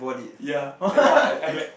ya and then I I like